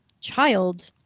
child